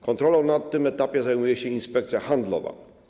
Kontrolą na tym etapie zajmuje się Inspekcja Handlowa.